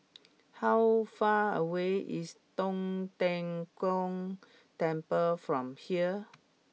how far away is Tong Tien Kung Temple from here